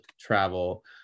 travel